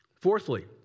Fourthly